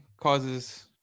Causes